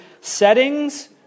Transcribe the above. Settings